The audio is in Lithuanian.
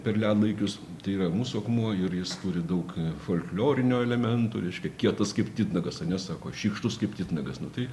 per ledlaikius tai yra mūsų akmuo ir jis turi daug folklorinių elementų reiškia kietas kaip titnagas ane sako šykštus kaip titnagas nu tai